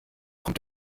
kommt